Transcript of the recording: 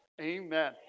Amen